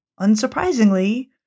unsurprisingly